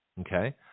okay